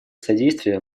содействия